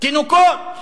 תינוקות.